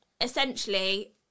essentially